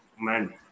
man